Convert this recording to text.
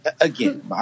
again